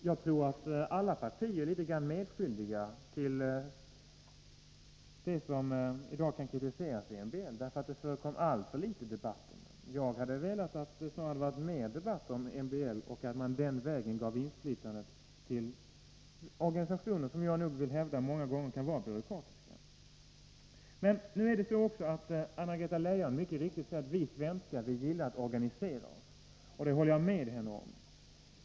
Jag tror att alla partier är litet medskyldiga till det som i dag kan kritiseras i MBL, för det förekom alltför litet debatt om lagen. Jag hade snarare velat att det hade varit mer debatt om MBL och att man genom försummelser härvidlag gav inflytandet till organisationer, som jag vill hävda många gånger kan vara byråkratiska. Anna-Greta Leijon säger mycket riktigt att vi svenskar gillar att organisera oss, och det håller jag med henne om.